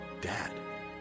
Dad